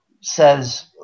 says